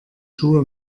schuhe